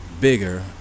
bigger